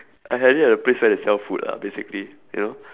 I had it at a place where they sell food lah basically you know